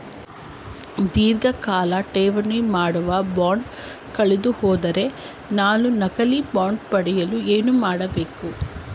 ಧೀರ್ಘಕಾಲ ಠೇವಣಿ ಮಾಡಿರುವ ಬಾಂಡ್ ಕಳೆದುಹೋದಲ್ಲಿ ನಾನು ನಕಲಿ ಬಾಂಡ್ ಪಡೆಯಲು ಏನು ಮಾಡಬೇಕು?